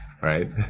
Right